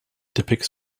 depicts